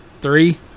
three